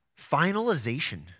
finalization